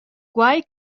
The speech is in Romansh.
quei